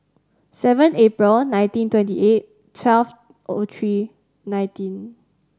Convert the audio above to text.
seven April nineteen twenty eight twelve O three nineteen